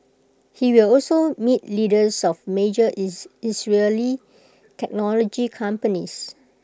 he will also meet leaders of major Israeli technology companies